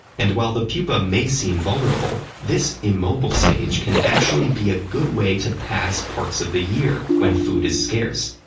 and while the pupa may seem vulnerable, vulnerable, this immobile stage can actually be a good way to pass parts of the year when food is scarce.